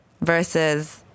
versus